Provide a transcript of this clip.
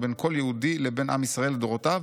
ובין כל יהודי לבין עם ישראל לדורותיו